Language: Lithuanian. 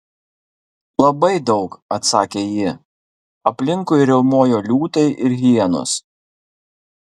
labai daug atsakė ji aplinkui riaumojo liūtai ir hienos